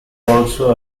also